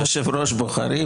יושב-ראש בוחרים.